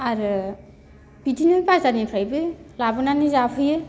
आरो बिदिनो बाजारनिफ्रायबो लाबोनानै जाफैयो